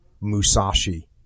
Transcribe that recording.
Musashi